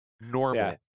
Normal